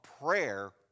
prayer